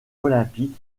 olympiques